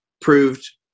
proved